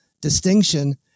distinction